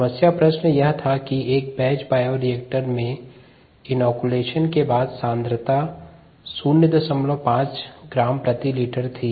समस्या प्रश्न यह था कि एक बैच बायोरिएक्टर में इनॉक्यूलेशन के बाद सांद्रता 05 ग्राम प्रति लीटर थी